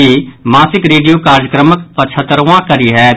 ई मासिक रेडिया कार्यक्रमक पचहत्तरवां कड़ी होयत